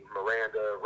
Miranda